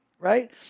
Right